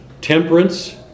temperance